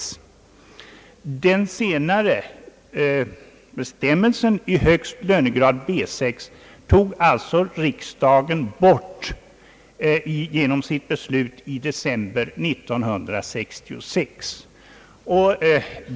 Den senare bestämmelsen »i högst lönegrad B 6» tog alltså riksdagen bort genom sitt beslut i december 1966.